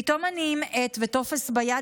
פתאום אני עם עט וטופס ביד,